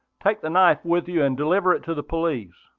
take the knife with you, and deliver it to the police.